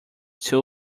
two